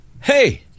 hey